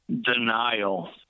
denial